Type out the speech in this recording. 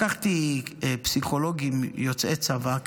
לקחתי פסיכולוגים יוצאי צבא,